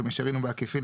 במישרין או בעקיפין,